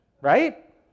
Right